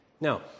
Now